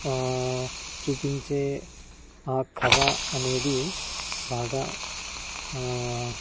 చూపించే ఆ కథ అనేది బాగా